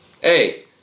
hey